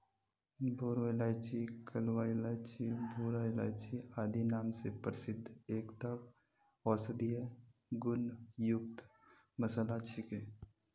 बोरो इलायची कलवा इलायची भूरा इलायची आदि नाम स प्रसिद्ध एकता औषधीय गुण युक्त मसाला छिके